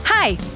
Hi